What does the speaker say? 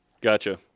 gotcha